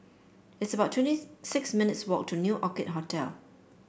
it's about twenty six minutes' walk to New Orchid Hotel